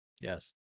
yes